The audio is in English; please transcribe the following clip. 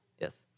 yes